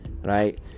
right